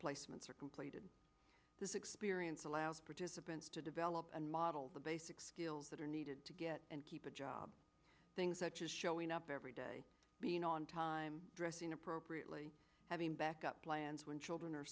placements are completed this experience allows participants to develop and model the basic skills that are needed to get and keep a job things such as showing up every day being on time dressing appropriately having backup plan to an children